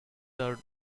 the